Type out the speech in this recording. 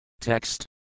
Text